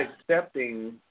accepting